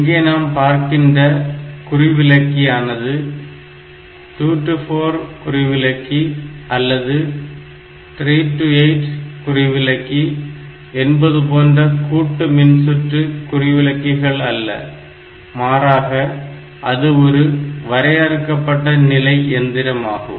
இங்கே நாம் பார்க்கின்ற குறிவிலக்கியானது 2 to 4 குறிவிலக்கி அல்லது 3 to 8 குறிவிலக்கி என்பது போன்ற கூட்டு மின்சுற்று குறிவிலக்கிகள் அல்ல மாறாக அது ஒரு வரையறுக்கப்பட்ட நிலை எந்திரம் ஆகும்